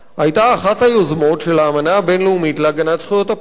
היתה אחת היוזמות של האמנה הבין-לאומית להגנת זכויות הפליט.